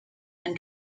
and